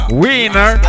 winner